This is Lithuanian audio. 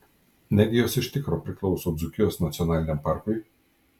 negi jos iš tikro priklauso dzūkijos nacionaliniam parkui